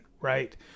right